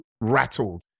rattled